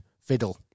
fiddle